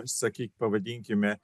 sakyk pavadinkime